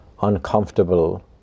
uncomfortable